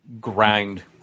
grind